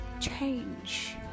change